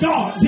God